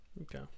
Okay